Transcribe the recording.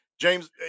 James